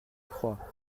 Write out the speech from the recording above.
trois